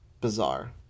bizarre